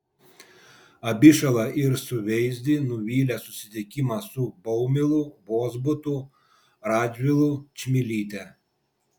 abišalą ir suveizdį nuvylė susitikimas su baumilu vozbutu radžvilu čmilyte